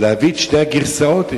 להביא את שתי הגרסאות,